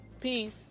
peace